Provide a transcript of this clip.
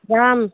যাম